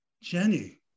Jenny